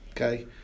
Okay